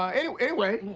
um anyway,